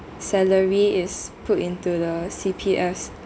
salary is put into the C_P_Fs